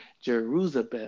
Jerusalem